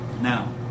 Now